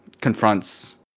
confronts